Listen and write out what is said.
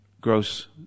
gross